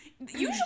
usually